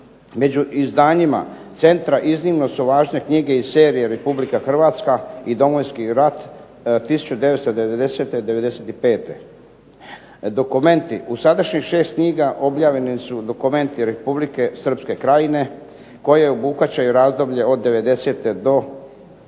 Među izdanjima centra iznimno su važne knjige iz serije Republika Hrvatska i Domovinski rat 1990.-1995. Dokumenti u sadašnjih 6 knjiga objavljeni su dokumenti Republike Srpske krajine koje obuhvaćaju razdoblje od '90.-te do '92.